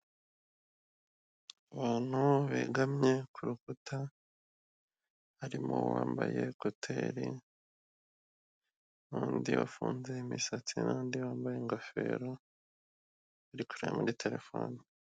Abantu begamye kurukuta harimo uwambaye ekuteri n'undi wafunze imisatsi n'undi bambaye ingofero bari kureba muri terefone.